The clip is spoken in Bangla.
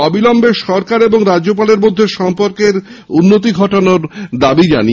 অবিলম্বে সরকার এবং রাজ্যপালের মধ্যে সম্পর্কের উন্নতি ঘটানোর দাবি জানান